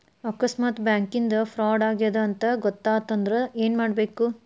ಆಕಸ್ಮಾತ್ ಬ್ಯಾಂಕಿಂದಾ ಫ್ರಾಡ್ ಆಗೇದ್ ಅಂತ್ ಗೊತಾತಂದ್ರ ಏನ್ಮಾಡ್ಬೇಕು?